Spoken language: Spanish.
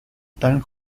tan